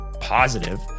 positive